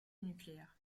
nucléaire